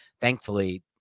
Thankfully